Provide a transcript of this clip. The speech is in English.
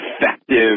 effective